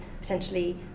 potentially